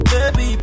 Baby